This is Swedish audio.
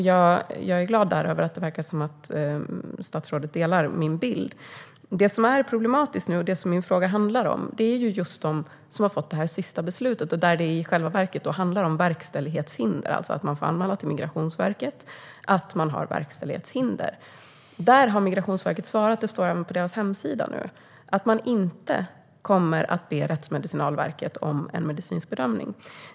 Jag är glad att det verkar som att statsrådet delar min bild. Det som är problematiskt nu och det som min fråga handlar om är de som har fått det sista beslutet. Där handlar det i själva verket om verkställighetshinder, alltså att man får anmäla till Migrationsverket att man har verkställighetshinder. Där har Migrationsverket svarat, och det står även på verkets hemsida, att man inte kommer att be Rättsmedicinalverket om en medicinsk bedömning.